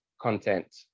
content